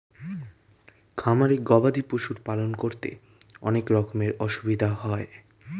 খামারে গবাদি পশুর পালন করতে অনেক রকমের অসুবিধা হয়